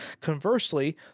Conversely